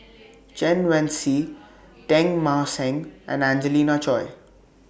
Chen Wen Hsi Teng Mah Seng and Angelina Choy